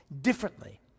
differently